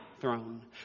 throne